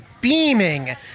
beaming